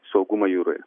saugumą jūroj